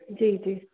जी जी